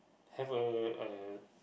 have a a